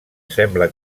sembla